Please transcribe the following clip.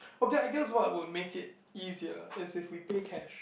okay I guess what would make it easier is if we pay cash